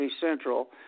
Central